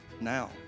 now